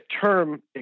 term